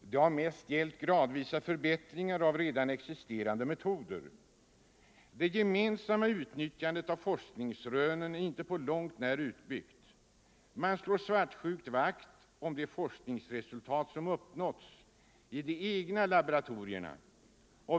den har mest gällt gradvisa förbättringar av redan existerande metoder. Det gemensamma utnyttjandet av forskningsrönen är inte på långt när utbyggt. Man slår svartsjukt vakt om de forskningsresultat som uppnåtts i de egna laboratorierna.